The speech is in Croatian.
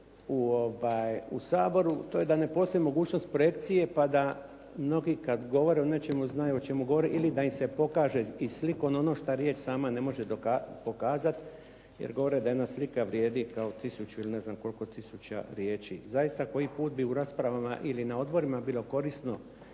u Saboru, to je da ne postoji mogućnost projekcije pa da mnogi kada govore o nečemu znaju o čemu govore ili da im se pokaže i slikom ono što riječ sama ne može pokazati, jer govore da jedna slika vrijedi kao tisuću ili ne znam koliko tisuća riječi. Zaista koliko puta u raspravama ili na odborima bilo korisno